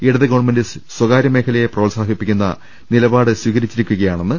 ഇടത് ഗവൺമെന്റ് സ്വകാര്യ മേഖലയെ പ്രോത്സാഹിപ്പിക്കുന്ന നിലപാട് സ്വീകരിച്ചിരിക്കുകയാണെന്ന് കോഴിക്കോട്ട് എം